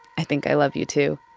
i think i love you, too.